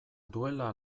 duela